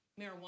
marijuana